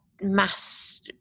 mass